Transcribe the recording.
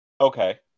Okay